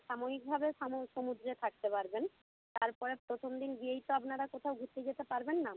সাময়িকভাবে সামু সমুদ্রে থাকতে পারবেন তারপরে প্রথম দিন গিয়েই তো আপনারা কোথাও ঘুরতে যেতে পারবেন না